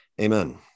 Amen